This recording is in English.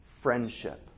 Friendship